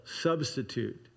substitute